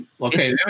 okay